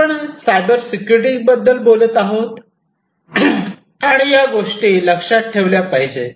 आपण cyber security बद्दल बोलत आणि या गोष्टी लक्षात ठेवल्या पाहिजेत